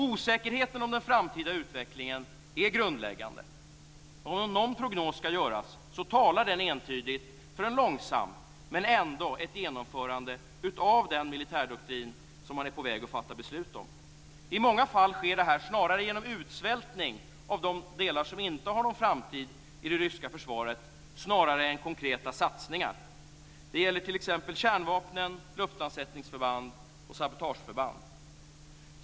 Osäkerheten om den framtida utvecklingen är grundläggande, men om någon prognos ska göras så talar den entydigt för ett långsamt men ändå genomförande av den militärdoktrin som man är på väg att fatta beslut om. I många fall sker detta snarare genom utsvältning av de delar som inte har någon framtid i det ryska försvaret snarare än konkreta satsningar. Det gäller t.ex. kärnvapnen, luftlandsättningsförband och sabotageförband.